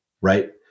Right